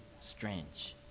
strange